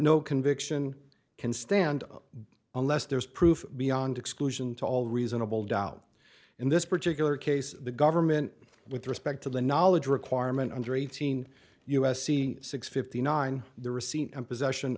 no conviction can stand up unless there is proof beyond exclusion to all reasonable doubt in this particular case the government with respect to the knowledge requirement under eighteen u s c six fifty nine the receipt and possession